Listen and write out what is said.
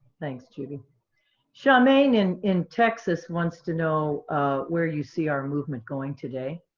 thanks, judy. shamane in in texas wants to know where you see our movement going today?